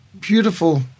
Beautiful